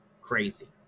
Crazy